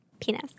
penis